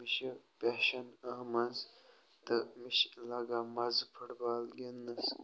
مےٚ چھِ پیشَن آمٕژ تہٕ مےٚ چھِ لَگان مَزٕ فُٹ بال گِنٛدنَس